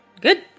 good